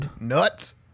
nuts